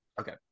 okay